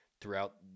Throughout